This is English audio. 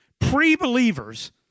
pre-believers